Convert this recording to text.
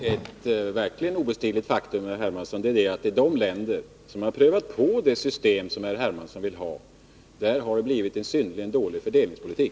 Fru talman! Ett verkligt obestridligt faktum, herr Hermansson, är att i de länder där man prövat på det system som herr Hermansson vill ha har man fått en synnerligen dålig fördelningspolitik.